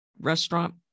restaurant